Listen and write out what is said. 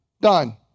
Done